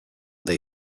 they